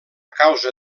causa